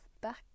back